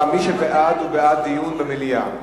מי שבעד הוא בעד דיון במליאה.